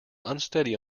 unsteady